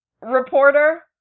reporter